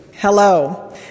Hello